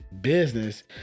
business